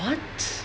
what